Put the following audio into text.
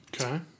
Okay